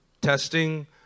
Testing